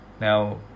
Now